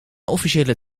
officiële